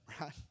right